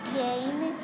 game